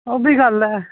ओह्बी गल्ल ऐ